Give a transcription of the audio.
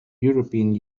european